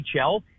NHL